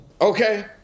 okay